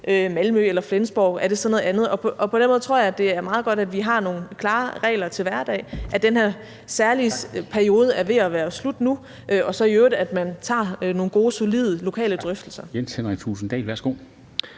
Malmø eller Flensborg? Er det så noget andet? Og på den måde tror jeg, at det er meget godt, at vi har nogle klare regler til hverdag, altså at den her særlige periode er ved at være slut nu, og at man så i øvrigt tager nogle gode solide lokale drøftelser.